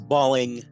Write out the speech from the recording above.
Balling